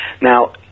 Now